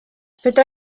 fedra